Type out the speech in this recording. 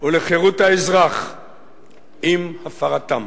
ולחירות האזרח עם הפרתם.